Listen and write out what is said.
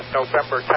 November